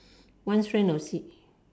one strand of sea